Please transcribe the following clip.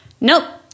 nope